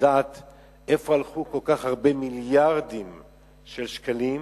לדעת לאן הלכו כל כך הרבה מיליארדים של שקלים.